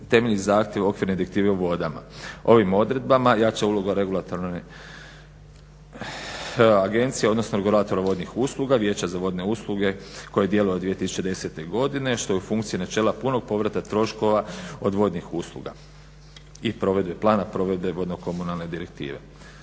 temelji zahtjev Okvirne direktive o vodama. Ovima odredbama jača uloga Regulatorne agencije, odnosno regulatora vodnih usluga, Vijeća za vodne usluge koje djeluje od 2010. godine što je u funkciji načela punog povrata troškova od vodnih usluga i provedbe plana, provedbe vodnokomunalne direktive.